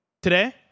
today